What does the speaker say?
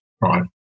right